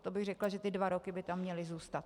To bych řekla, že ty dva roky by tam měly zůstat.